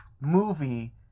movie